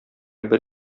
бер